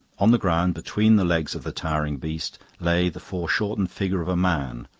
on the ground, between the legs of the towering beast, lay the foreshortened figure of a man,